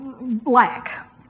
black